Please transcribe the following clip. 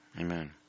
Amen